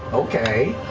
okay.